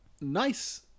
Nice